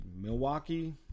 Milwaukee